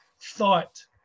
thought